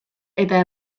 eta